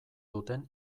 duten